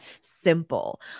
simple